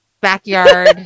backyard